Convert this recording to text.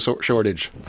shortage